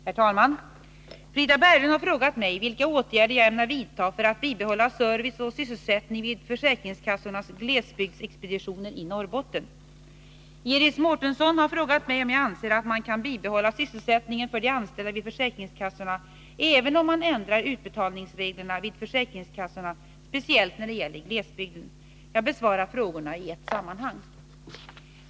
Herr talman! Frida Berglund har frågat mig vilka åtgärder jag ämnar vidta för att bibehålla service och sysselsättning vid försäkringskassornas glesbygdsexpeditioner i Norrbotten. Iris Mårtensson har frågat mig om jag anser att man kan bibehålla sysselsättningen för de anställda vid försäkringskassorna, även om man ändrar utbetalningsreglerna vid försäkringskassorna speciellt när det gäller glesbygden. Jag besvarar frågorna i ett sammanhang.